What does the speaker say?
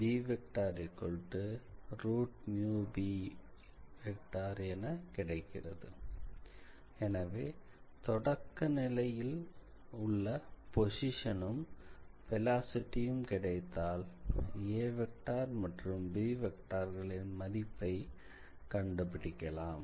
Vb எனவே தொடக்க நிலையில் பொசிஷனும் வெலாசிட்டியும் கிடைத்தால்a மற்றும்b களின் மதிப்பை கண்டுபிடிக்கலாம்